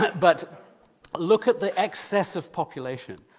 but but look at the excess of population.